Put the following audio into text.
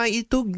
itu